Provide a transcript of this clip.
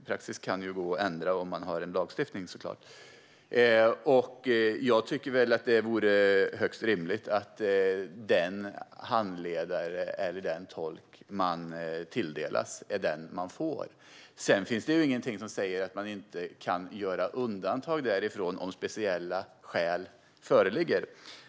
Praxis kan såklart ändras med lagstiftning. Jag tycker att det vore högst rimligt att den handläggare eller tolk man tilldelas är den man får. Sedan finns det inget som säger att man inte kan göra undantag från detta om speciella skäl föreligger.